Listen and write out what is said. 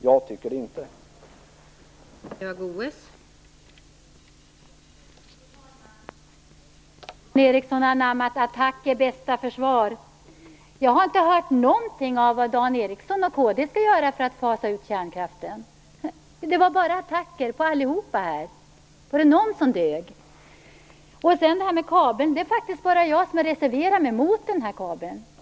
Jag tycker inte det.